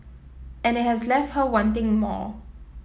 and it has left her wanting more